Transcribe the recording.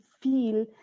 feel